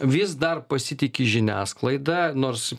vis dar pasitiki žiniasklaida nors